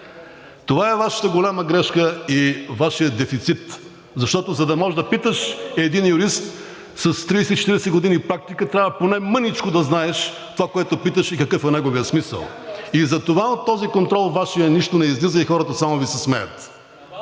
Това е Вашата голяма грешка и Вашият дефицит, защото, за да можеш да питаш един юрист с 30 – 40 години практика, трябва поне мъничко да знаеш това, което питаш и какъв е неговият смисъл. Затова от този контрол – Вашия, нищо не излиза и хората само Ви се смеят.